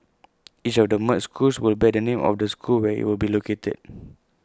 each of the merged schools will bear the name of the school where IT will be located